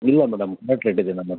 ಇಲ್ಲ madam bucket ಇದೆ ನಮ್ಮ ಹತ್ರನೂ